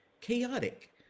chaotic